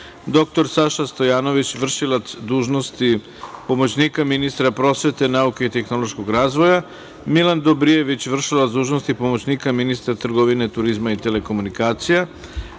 dr Saša Stojanović, v.d. pomoćnika ministra prosvete, nauke i tehnološkog razvoja, Milan Dobrijević, v.d. pomoćnika ministra trgovine, turizma i telekomunikacija,